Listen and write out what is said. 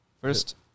First